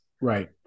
right